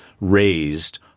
raised